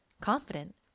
confident